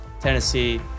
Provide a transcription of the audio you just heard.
Tennessee